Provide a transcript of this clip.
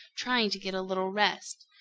trying to get a little rest.